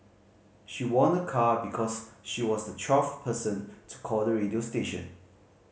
she won a car because she was the twelfth person to call the radio station